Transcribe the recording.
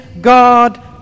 God